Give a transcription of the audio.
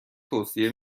توصیه